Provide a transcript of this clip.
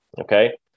Okay